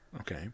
Okay